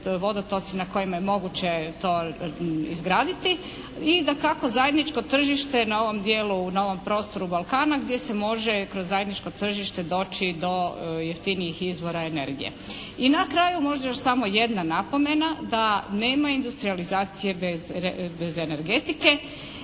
na kojima je moguće to izgraditi. I dakako zajedničko tržište na ovom dijelu, na ovom prostoru Balkana gdje se može kroz zajedničko tržište doći do jeftinijih izvora energije. I na kraju možda još samo jedna napomena da nema industrijalizacije bez energetike